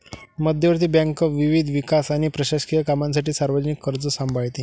मध्यवर्ती बँक विविध विकास आणि प्रशासकीय कामांसाठी सार्वजनिक कर्ज सांभाळते